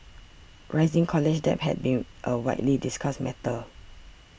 rising college debt has been a widely discussed matter